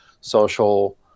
social